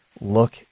Look